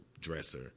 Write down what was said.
dresser